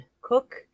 cook